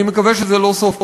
ואני מקווה שזה לא סוף פסוק.